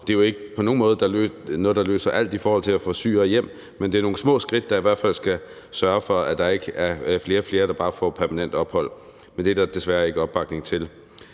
Det er jo ikke på nogen måde noget, der løser alt i forhold til at få syrere hjem, men det er nogle små skridt, der i hvert fald skal sørge for, at der ikke er flere og flere, der bare får permanent ophold, men det er der desværre ikke opbakning til.